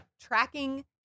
tracking